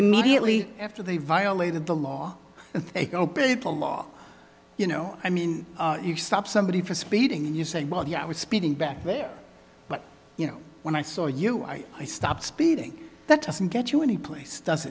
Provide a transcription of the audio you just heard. immediately after they violated the law and they obeyed the law you know i mean you stop somebody for speeding and you say well yeah i was speeding back there but you know when i saw you i i stopped speeding that doesn't get you any place